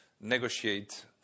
negotiate